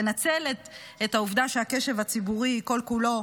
לנצל את העובדה שהקשב הציבורי כל כולו